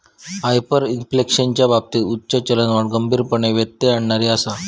हायपरइन्फ्लेशनच्या बाबतीत उच्च चलनवाढ गंभीरपणे व्यत्यय आणणारी आसा